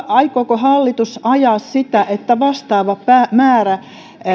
aikooko hallitus ajaa sitä että vastaava määrä